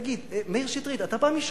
תגיד, מאיר שטרית, אתה בא משם,